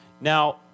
Now